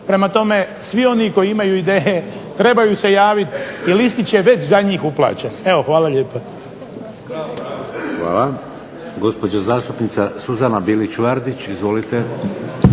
prema tome svi oni koji imaju ideje trebaju se javiti, jer listić je već za njih uplaćen. Evo, hvala lijepa. **Šeks, Vladimir (HDZ)** Hvala. Gospođa zastupnica Suzana Bilić Vardić. Izvolite.